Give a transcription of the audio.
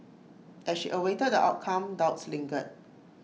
as she awaited the outcome doubts lingered